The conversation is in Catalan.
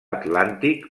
atlàntic